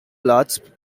plath